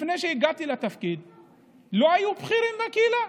לפני שהגעתי לתפקיד, לא היו בכירים מהקהילה.